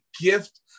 gift